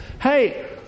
hey